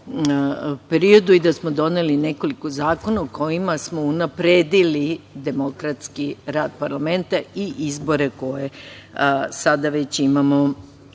periodu i da smo doneli nekoliko zakona u kojima smo unapredili demokratski rad parlamenta i izbore koje sada već imamo